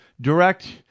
direct